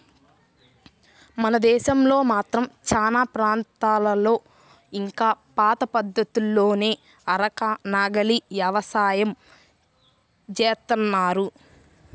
మన దేశంలో మాత్రం చానా ప్రాంతాల్లో ఇంకా పాత పద్ధతుల్లోనే అరక, నాగలి యవసాయం జేత్తన్నారు